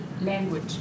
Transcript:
language